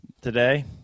today